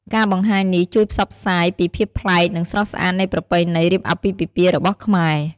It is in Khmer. ការបង្ហាញនេះ ជួយផ្សព្វផ្សាយពីភាពប្លែក និងស្រស់ស្អាតនៃប្រពៃណីរៀបអាពាហ៍ពិពាហ៍របស់ខ្មែរ។